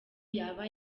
yaba